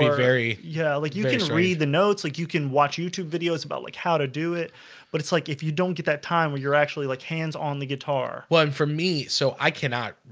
very yeah, like you just read the notes like you can watch youtube videos about like how to do it but it's like if you don't get that time where you're actually like hands on the guitar one for me so i cannot